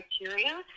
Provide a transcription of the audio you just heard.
criteria